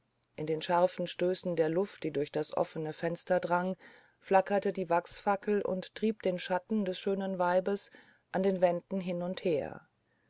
in den scharfen stößen der luft die durch das offene fenster drang flackerte die wachsfackel und trieb den schatten des schönen weibes an den wänden hin und her